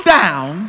down